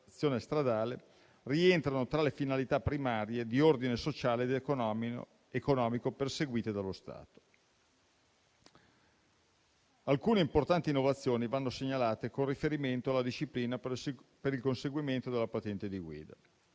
stradale, rientrano tra le finalità primarie di ordine sociale ed economico perseguite dallo Stato. Alcune importanti innovazioni vanno segnalate con riferimento alla disciplina per il conseguimento della patente di guida.